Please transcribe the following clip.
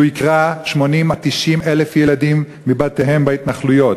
יקרע 80,000 90,000 ילדים מבתיהם בהתנחלויות,